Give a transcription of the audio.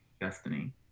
destiny